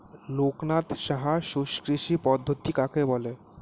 লোকনাথ সাহা শুষ্ককৃষি পদ্ধতি কাকে বলে?